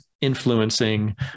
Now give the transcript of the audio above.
influencing